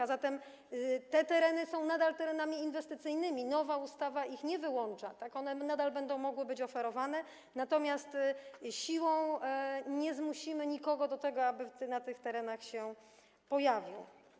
A zatem te tereny są nadal terenami inwestycyjnymi, nowa ustawa ich nie wyłącza, one nadal będą mogły być oferowane, natomiast siłą nie zmusimy nikogo do tego, aby na tych terenach się pojawił.